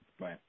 right